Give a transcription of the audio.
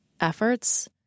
efforts